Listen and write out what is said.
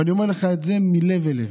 ואני אומר לך את זה מלב אל לב,